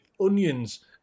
onions